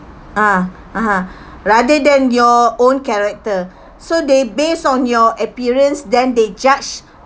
uh (uh huh) like other than your own character so they based on your experience then they judge